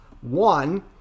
One